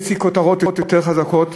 מי יוציא כותרות יותר חזקות,